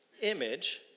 image